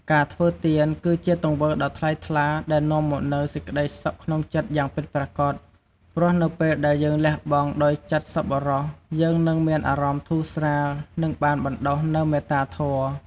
ការធ្វើទាន គឺជាទង្វើដ៏ថ្លៃថ្លាដែលនាំមកនូវសេចក្តីសុខក្នុងចិត្តយ៉ាងពិតប្រាកដ ព្រោះនៅពេលដែលយើងលះបង់ដោយចិត្តសប្បុរស យើងនឹងមានអារម្មណ៍ធូរស្រាល និងបានបណ្ដុះនូវមេត្តាធម៌។